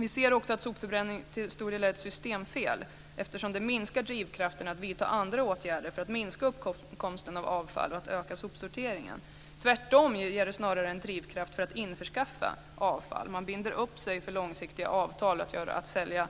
Vi ser också att sopförbränning till stor del är ett systemfel, eftersom det minskar drivkrafterna för att vidta andra åtgärder för att minska uppkomsten av avfall och för att öka sopsorteringen. Det ger tvärtom snarare en drivkraft för att införskaffa avfall. Man binder upp sig med långsiktiga avtal om